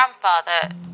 grandfather